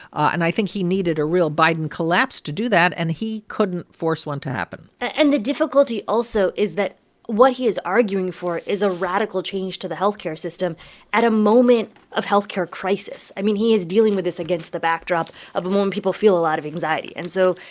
and i think he needed a real biden collapse to do that, and he couldn't force one to happen and the difficulty, also, is that what he is arguing for is a radical change to the health care system at a moment of health care crisis. i mean, he is dealing with this against the backdrop of a moment when people feel a lot of anxiety. and so,